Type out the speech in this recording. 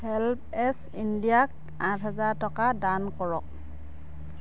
HelpAge ইণ্ডিয়াক আঠ হাজাৰ টকা দান কৰক